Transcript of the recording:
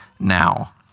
now